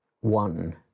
one